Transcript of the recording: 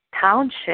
township